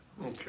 okay